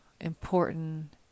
important